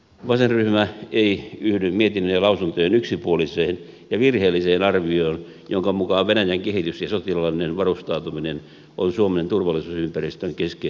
vasenryhmä ei yhdy mietinnön ja lausuntojen yksipuoliseen ja virheelliseen arvioon jonka mukaan venäjän kehitys ja sotilaallinen varustautuminen on suomen turvallisuusympäristön keskeinen muuttuja